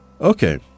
Okay